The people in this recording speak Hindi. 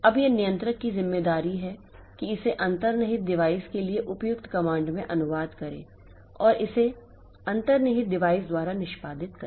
अब यह नियंत्रक की जिम्मेदारी है कि इसे अंतर्निहित डिवाइस के लिए उपयुक्त कमांड में अनुवाद करें और इसे अंतर्निहित डिवाइस द्वारा निष्पादित करें